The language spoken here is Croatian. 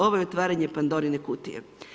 Ovo je otvaranje Pandorine kutije.